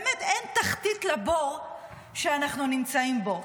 באמת, אין תחתית לבור שאנחנו נמצאים בו.